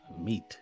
meat